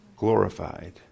Glorified